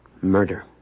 Murder